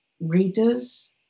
readers